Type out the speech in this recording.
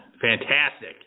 fantastic